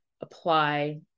apply